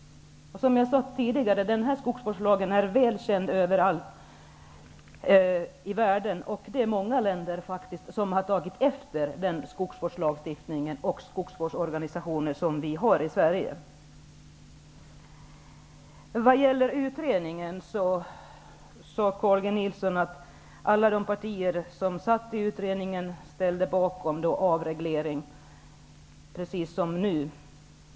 Som jag sade tidigare är denna skogsvårdslag väl känd överallt i världen. Många länder har tagit efter den skogsvårdslagstiftning och de skogsvårdsorganisationer vi har i Sverige. Carl G Nilsson sade att alla de partier som satt i utredningen ställde sig bakom en avreglering, precis som nu.